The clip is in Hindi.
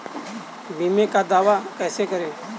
बीमे का दावा कैसे करें?